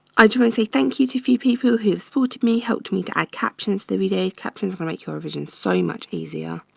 i do wanna say thank you to a few people who supported me, helped me to add captions the video, captions will make your vision so much easier.